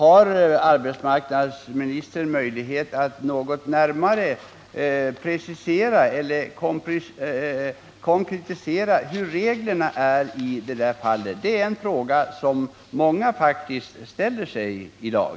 Har arbetsmarknadsministern möjlighet att något närmare precisera och konkretisera reglerna i sådana fall? Det är en fråga som många faktiskt ställer sig i dag.